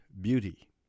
Beauty